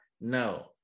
No